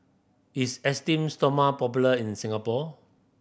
is Esteem Stoma popular in Singapore